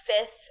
fifth